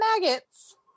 maggots